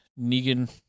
Negan